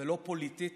ולא פוליטית,